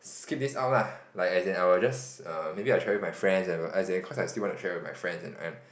skip this out lah like as in I will just err maybe I will travel with my friends and uh as in cause I still want to travel with my friends and